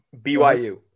BYU